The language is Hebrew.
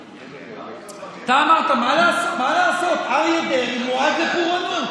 מה לעשות, אריה דרעי מועד לפורענות.